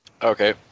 okay